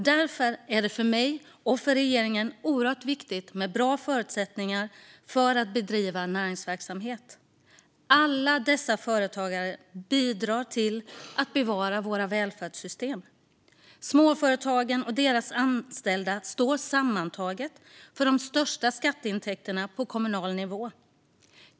Därför är det för mig och för regeringen oerhört viktigt med bra förutsättningar för att man ska kunna bedriva näringsverksamhet. Alla dessa företagare bidrar till att vi kan bevara välfärdssystemen. Småföretagen och deras anställda står sammantaget för de största skatteintäkterna på kommunal nivå.